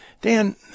Dan